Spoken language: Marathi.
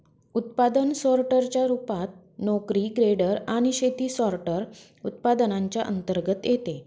उत्पादन सोर्टर च्या रूपात, नोकरी ग्रेडर आणि शेती सॉर्टर, उत्पादनांच्या अंतर्गत येते